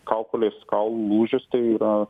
kaukolės kaulų lūžis tai yra